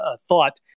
thought